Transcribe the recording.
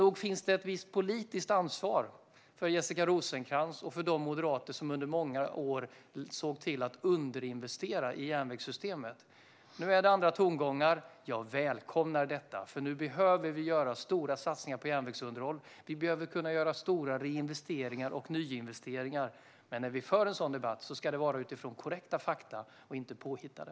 Nog finns det alltså ett visst politiskt ansvar för Jessica Rosencrantz och för de moderater som under många år såg till att underinvestera i järnvägssystemet. Nu är det andra tongångar, vilket jag välkomnar, för nu behöver vi göra stora satsningar på järnvägsunderhåll. Vi behöver kunna göra stora reinvesteringar och nyinvesteringar. Men när vi för en sådan debatt ska det ske utifrån korrekta fakta, inte påhittade.